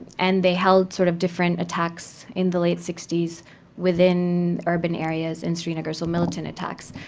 and they held sort of different attacks in the late sixty s within urban areas in srinagar so militant attacks.